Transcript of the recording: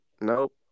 Nope